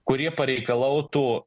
kurie pareikalautų